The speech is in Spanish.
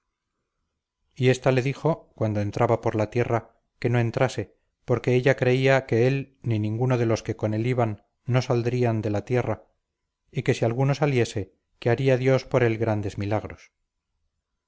y ésta le dijo cuando entraba por la tierra que no entrase porque ella creía que él ni ninguno de los que con él iban no saldrían de la tierra y que si alguno saliese que haría dios por él grandes milagros